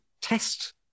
test